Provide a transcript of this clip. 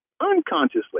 unconsciously